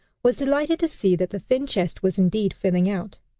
was delighted to see that the thin chest was indeed filling out,